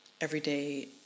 everyday